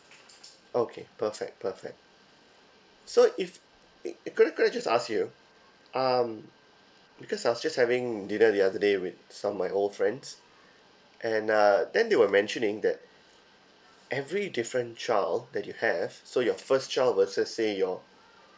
okay perfect perfect so if could I could I just ask you um because I was just having dinner the other day with some of my old friends and uh then they were mentioning that every different child that you have so your first child versus say your